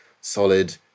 solid